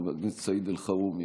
חבר הכנסת סעיד אלחרומי,